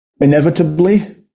Inevitably